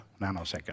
nanosecond